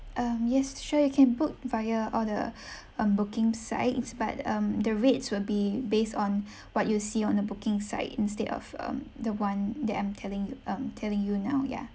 um yes sure you can book via all the um booking sites but um the rates will be based on what you see on the booking site instead of um the one that I'm telling you um telling you now ya